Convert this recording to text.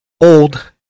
Old